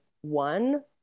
one